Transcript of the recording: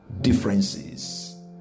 differences